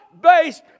based